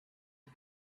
you